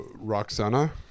Roxana